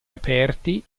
aperti